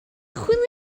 chwilio